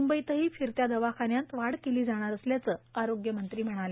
मुंबईतही फिरत्या दवाखान्यात वाढ केली जाणार असल्याचं आरोग्यमंत्री म्हणाले